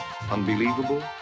Unbelievable